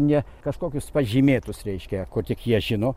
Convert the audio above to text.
ne kažkokius pažymėtus reiškia kur tik jie žino